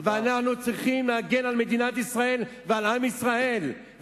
אנחנו צריכים להגן על מדינת ישראל ועל עם ישראל,